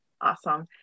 Awesome